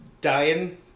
dying